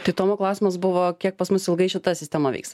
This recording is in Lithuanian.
tai tomo klausimas buvo kiek pas mus ilgai šita sistema veiks